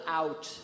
out